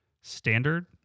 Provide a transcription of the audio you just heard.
standard